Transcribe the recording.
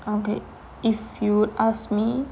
okay if you'd ask me